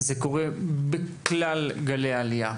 זה קורה בכלל גלי העלייה.